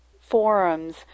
forums